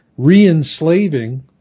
re-enslaving